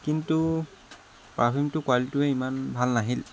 কিন্তু পাৰফিউমটোৰ কোৱালিটিটো ইমান ভাল নাহিল